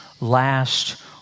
last